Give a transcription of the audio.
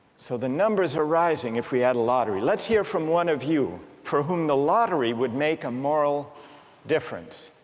so the numbers are rising if we add a lottery, let's hear from one of you for whom the lottery would make a moral difference